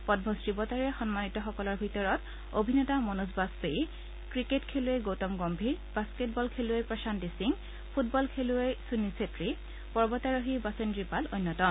পল্মশ্ৰী বঁটাৰে সন্মানিতসকলৰ ভিতৰত অভিনেতা মনোজ বাজপেয়ী ক্ৰিকেট খেলুৱৈ গৌতম গগ্তীৰ বাস্থেট বল খেলুৱৈ প্ৰশান্তি সিং ফুটবল খেলুৱৈ সুনীল ছেৱী পৰ্বতাৰোহী বাসেদ্ৰী পাল অন্যতম